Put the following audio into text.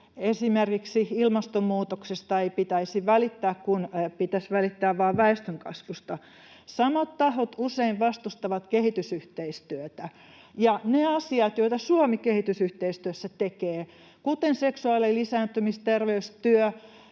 esimerkiksi ilmastonmuutoksesta ei pitäisi välittää, kun pitäisi välittää vain väestönkasvusta. Samat tahot usein vastustavat kehitysyhteistyötä. Ne asiat, joita Suomi kehitysyhteistyössä tekee, kuten seksuaali- ja lisääntymisterveystyö,